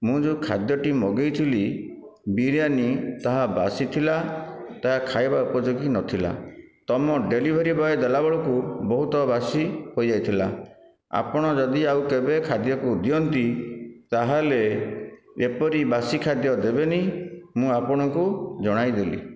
ମୁଁ ଯେଉଁ ଖାଦ୍ୟଟି ମଗେଇଥିଲି ବିରିୟାନି ତାହା ବାସି ଥିଲା ତାହା ଖାଇବା ଉପଯୋଗୀ ନଥିଲା ତୁମ ଡେଲିଭରୀ ବୟ ଦେଲାବେଳକୁ ବହୁତ ବାସି ହୋଇଯାଇଥିଲା ଆପଣ ଯଦି ଆଉ କେବେ ଖାଦ୍ୟକୁ ଦିଅନ୍ତି ତା'ହେଲେ ଏପରି ବାସି ଖାଦ୍ୟ ଦେବେନି ମୁଁ ଆପଣଙ୍କୁ ଜଣାଇଦେଲି